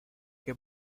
que